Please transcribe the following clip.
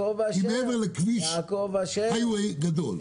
היא מעבר לכביש הייוו'י גדול.